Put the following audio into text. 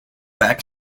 back